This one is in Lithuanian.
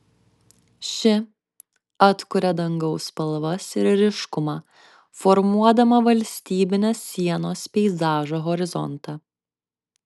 ši atkuria dangaus spalvas ir ryškumą formuodama valstybinės sienos peizažo horizontą